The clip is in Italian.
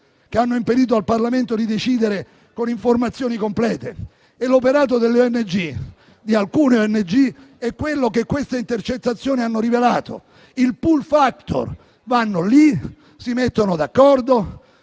che hanno impedito al Parlamento di decidere con informazioni complete e l'operato di alcune ONG è quello che queste intercettazioni hanno rivelato, il *pull factor*: vanno lì, si mettono d'accordo,